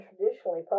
traditionally